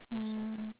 mm